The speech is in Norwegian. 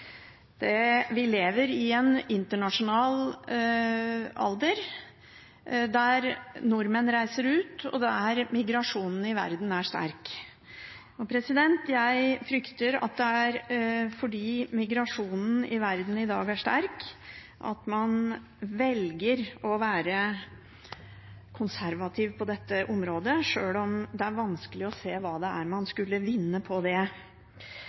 Vi lever i en internasjonal alder, der nordmenn reiser ut og migrasjonen i verden er sterk. Jeg frykter at det er fordi migrasjonen i verden i dag er sterk, at man velger å være konservativ på dette området, sjøl om det er vanskelig å se hva det er man skulle vinne på det.